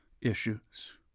issues